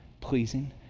pleasing